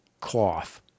cloth